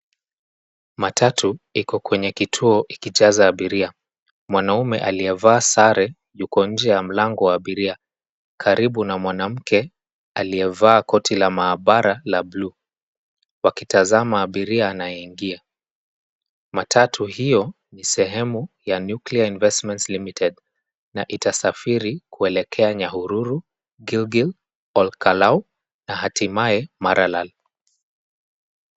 Matatu iko kwenye kituo ikijaza abiria. Mwanaume aliyevaa sare yuko nje ya mlango wa abiria karibu na mwanamke aliyevaa koti la maabara la buluu, wakitazama abiria anayeingia. Matatu hiyo ni sehemu ya Nuclear Investments Limited na itasafiri kuelekea: Nyahururu, Gilgil, Ol Kalou na hatimaye Maralal.